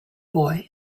boy